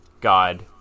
god